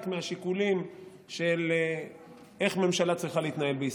מהשיקולים של איך ממשלה צריכה להתנהל בישראל.